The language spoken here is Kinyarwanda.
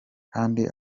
kandi